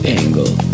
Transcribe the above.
angle